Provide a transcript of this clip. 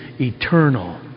eternal